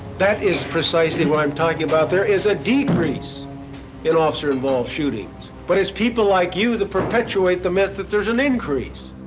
that is precisely what i'm talking about. there is a decrease in officer-involved shootings, but it's people like you that perpetuate the myth that there's an increase.